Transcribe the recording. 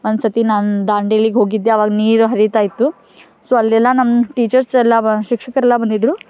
ಒಂದು ಸರ್ತಿ ನಾನು ದಾಂಡೇಲಿಗೆ ಹೋಗಿದ್ದೆ ಆವಾಗ ನೀರು ಹರಿತಾ ಇತ್ತು ಸೊ ಅಲ್ಲೆಲ್ಲ ನಮ್ಮ ಟೀಚರ್ಸ್ ಎಲ್ಲ ಬ ಶಿಕ್ಷಕರೆಲ್ಲ ಬಂದಿದ್ದರು